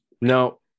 No